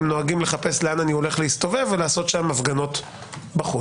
הם נוהגים לחפש לאן אני הולך להסתובב ולעשות שם הפגנות בחוץ.